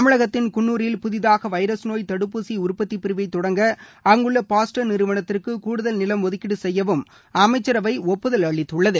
தமிழகத்தின் குன்னூரில் புதிதாக வைரஸ் நோய் தடுப்பூசி உற்பத்தி பிரிவை தொடங்க அங்குள்ள பாஸ்டர் நிறுவனத்திற்கு கூடுதல் நிலம் ஒதுக்கீடு செய்யவும் அமைச்சரவை ஒப்புதல் அளித்துள்ளது